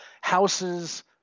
houses